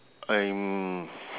I'm